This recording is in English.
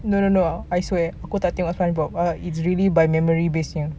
no no no I swear aku tak tengok spongebob it's really by memory based